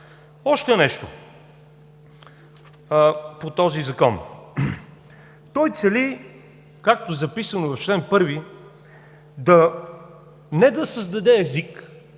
Още нещо по този закон. той цели както е записано в първи, не да създаде език,